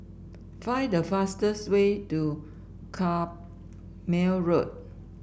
find the fastest way to Carpmael Road